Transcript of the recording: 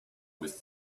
with